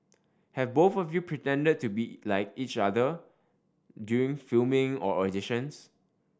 have both of you pretended to be like each other during filming or auditions